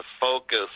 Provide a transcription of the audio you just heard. focus